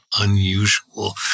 unusual